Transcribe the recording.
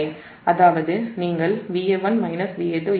அதாவது நீங்கள் Va1 Va2 ZfIa1பெறுவீர்கள்